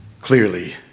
Clearly